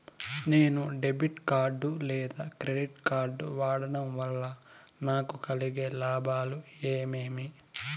నేను debit card లేదా credit card వాడడం వల్ల నాకు కలిగే లాభాలు ఏమేమీ?